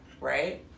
right